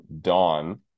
dawn